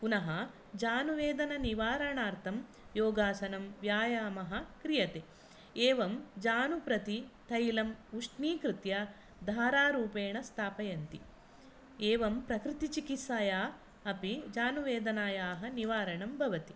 पुनः जानुवेदननिवारणार्थं योगासनं व्यायामः क्रियते एवं जानुं प्रति तैलम् उष्णीकृत्य धारारूपेण स्थापयन्ति एवं प्रकृतिचिकित्सया अपि जानुवेदनायाः निवारणं भवति